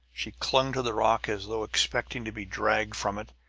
she clung to the rock as though expecting to be dragged from it.